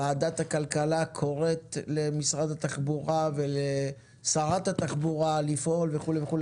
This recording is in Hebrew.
ועדת הכלכלה קוראת למשרד התחבורה ולשרת התחבורה לפעול וכו',